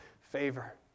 favor